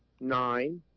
nine